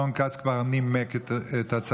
רון כץ כבר נימק את הצעתו,